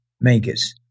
makers